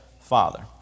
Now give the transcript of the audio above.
Father